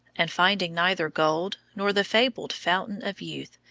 and finding neither gold nor the fabled fountain of youth,